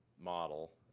model,